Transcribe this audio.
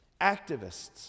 activists